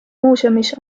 muuseumis